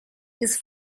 his